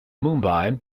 mumbai